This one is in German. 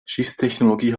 schiffstechnologie